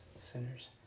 sinners